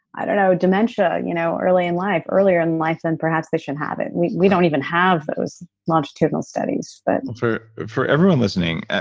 i don't know dementia you know early in life, earlier in life than perhaps they should have it we we don't even have those longitudinal studies but for for everyone listening,